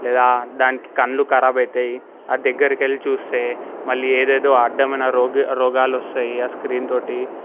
లేదా దానికి కళ్ళు కరాబ్ అవుతాయి అది దగ్గరికి వెళ్ళి చూస్తే మళ్ళీ ఏదేదో అడ్డమైన రోగి రోగాలు వస్తాయి ఆ స్క్రీన్తో